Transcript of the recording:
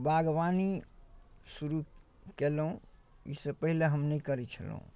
बागवानी शुरू कएलहुँ एहिसँ पहिले हम नहि करै छलहुँ